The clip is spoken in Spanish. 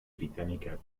británica